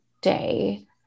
day